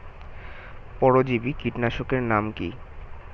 পরজীবী কীটনাশকের নাম কি?